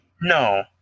No